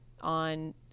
on